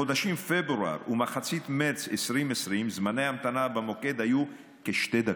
בחודשים פברואר ובאמצע מרץ 2020 זמני ההמתנה במוקד היו כשתי דקות.